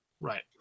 right